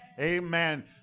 amen